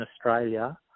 Australia